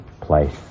place